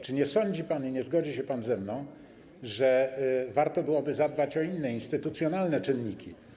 Czy nie sądzi pan i nie zgodzi się pan ze mną, że warto byłoby zadbać o inne instytucjonalne czynniki?